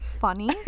funny